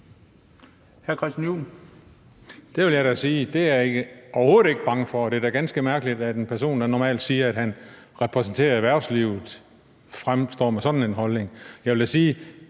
Jeg vil sige, at det er jeg da overhovedet ikke bange for. Det er da ganske mærkeligt, at en person, der normalt siger, at han repræsenterer erhvervslivet, fremkommer med sådan en holdning. Jeg vil da sige,